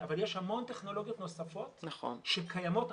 אבל יש המון טכנולוגיות נוספות שקיימות,